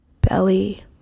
belly